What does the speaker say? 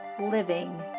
living